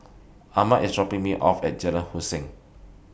Arman IS dropping Me off At Jalan Hussein